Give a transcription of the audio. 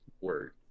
word